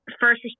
first